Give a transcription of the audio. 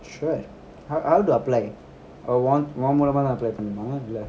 sure ho~ how to apply உன்மூலாமாதா:un mulama tha apply பண்ணனுமா:pannanuma